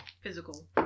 Physical